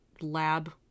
lab